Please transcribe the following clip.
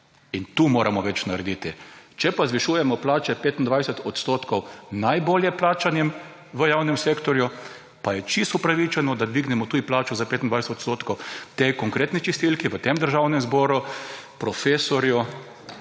in tu moramo več narediti. Če pa zvišujemo plače 25 % najbolje plačanim v javnem sektorju, pa je čisto upravičeno, da dvignemo tudi plače za 25 % tej konkretni čistilki v tem državnem zboru, profesorju,